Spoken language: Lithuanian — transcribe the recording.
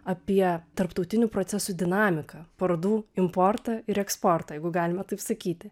apie tarptautinių procesų dinamiką parodų importą ir eksportą jeigu galima taip sakyti